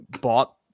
bought